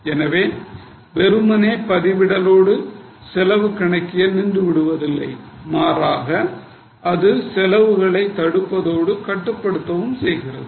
எனவே சாதாரண பதிவிடலோடு செலவு கணக்கில் நின்றுவிடுவதில்லை மாறாக அது செலவுகளை தடுப்பதோடு கட்டுப்படுத்தப்படுகிறது